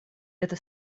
это